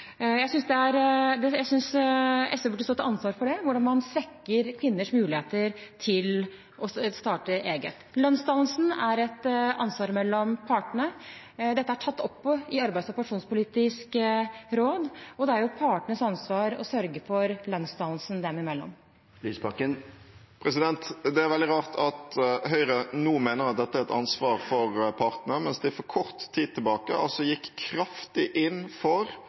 Jeg synes SV burde stå til ansvar for hvordan man svekker kvinners muligheter til å starte egen virksomhet. Lønnsdannelsen er et ansvar mellom partene. Dette er tatt opp i Arbeidslivs- og pensjonspolitisk råd. Det er partenes ansvar å sørge for lønnsdannelsen dem imellom. Det er veldig rart at Høyre nå mener at dette er et ansvar for partene, mens de for kort tid siden gikk kraftig inn for